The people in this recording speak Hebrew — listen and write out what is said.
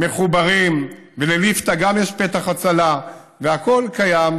מחוברים, ולליפתא גם יש פתח הצלה, והכול קיים.